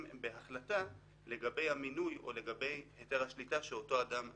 להחלטה לגבי המינוי או לגבי היתר השליטה שאותו אדם מקבל.